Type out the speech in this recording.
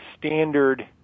standard